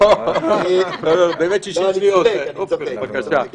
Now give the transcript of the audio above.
לא, באמת 60 שניות, עופר, בבקשה.